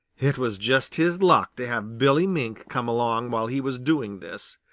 it was just his luck to have billy mink come along while he was doing this.